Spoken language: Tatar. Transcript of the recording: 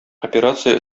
операция